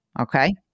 Okay